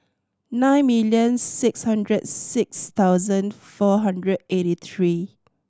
nine million six hundred six thousand four hundred eighty three